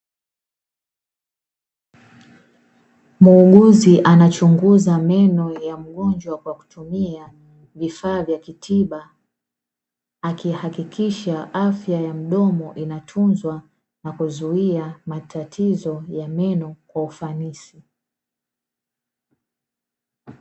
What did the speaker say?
Muuguzi anachunguza meno ya mgonjwa kwa kutumia vifaa vya kitiba akihakikisha afya ya mdomo inatunzwa na kuzuia matatizo ya meno kwa ufanisi.